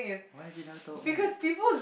why did not told me